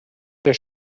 der